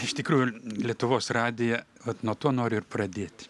iš tikrųjų lietuvos radiją vat nuo to noriu ir pradėt